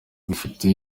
bafite